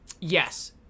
yes